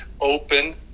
open